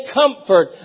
comfort